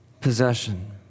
possession